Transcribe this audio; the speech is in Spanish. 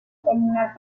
terminal